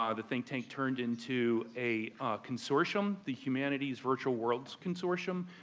ah the think tank turned into a consortium, the humanities virtual worlds consortium,